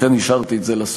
לכן השארתי את זה לסוף.